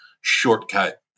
shortcut